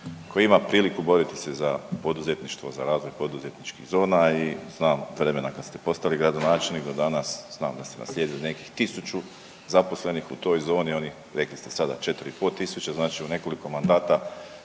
koji ima priliku boriti se za poduzetništvo, za razvoj poduzetničkih zona i znam vremena kad se postali gradonačelnik do danas znam da ste naslijedili nekih 1 000 zaposlenih u toj zoni, oni, rekli ste sada, 4 500 tisuće, znači u nekoliko mandata